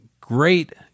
Great